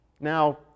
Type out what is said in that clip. Now